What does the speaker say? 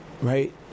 right